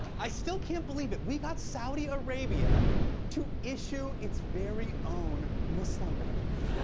i still can't believe it. we got saudi arabia to issue its very own muslim ban.